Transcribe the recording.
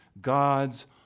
God's